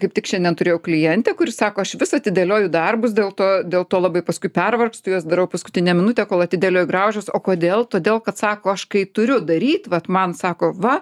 kaip tik šiandien turėjau klientę kuri sako aš vis atidėlioju darbus dėl to dėl to labai paskui pervargstu juos darau paskutinę minutę kol atidėlioju graužiuos o kodėl todėl kad sako aš kai turiu daryt vat man sako va